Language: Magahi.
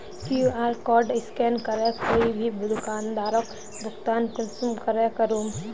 कियु.आर कोड स्कैन करे कोई भी दुकानदारोक भुगतान कुंसम करे करूम?